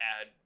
add